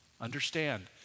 understand